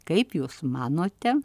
kaip jūs manote